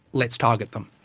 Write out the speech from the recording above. let's target them.